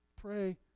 pray